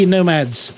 Nomads